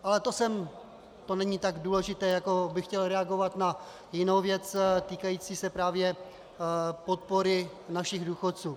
Ale to není tak důležité, jako to, že bych chtěl reagovat na jinou věc, týkající se právě podpory našich důchodců.